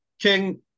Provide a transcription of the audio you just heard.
King